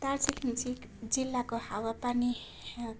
दार्जिलिङ जि जिल्लाको हावापानी